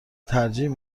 ترجیح